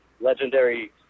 legendary